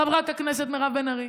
חברת הכנסת מירב בן ארי.